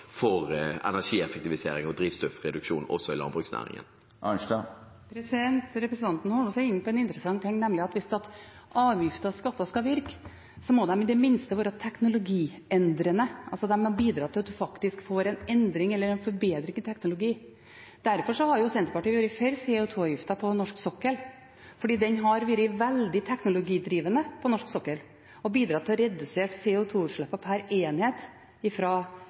for energieffektivisering og drivstoffreduksjon også i landbruksnæringen? Representanten Eidsvoll Holmås er inne på en interessant ting, nemlig at hvis avgifter og skatter skal virke, må de i det minste være teknologiendrende – de må bidra til at en faktisk får en endring eller en forbedring innen teknologi. Senterpartiet har vært for CO2-avgiften på norsk sokkel fordi den har vært veldig teknologidrivende på norsk sokkel. Den har bidratt til å redusere CO2-utslippene per enhet